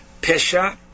Pesha